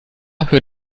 hört